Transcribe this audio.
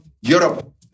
Europe